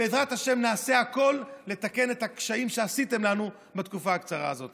בעזרת השם נעשה הכול לתקן את הקשיים שעשיתם לנו בתקופה הקצרה הזאת.